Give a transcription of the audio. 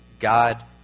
God